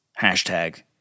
Hashtag